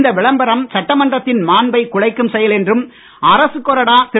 இந்த விளம்பரம் சட்டமன்றத்தின் மான்பைக் குலைக்கும் செயல் என்று அரசு கொறடா திரு